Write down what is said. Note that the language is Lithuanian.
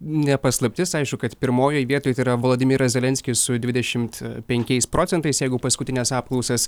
ne paslaptis aišku kad pirmojoj vietoj yra volodimiras zelenskis su dvidešimt penkiais procentais jeigu paskutines apklausas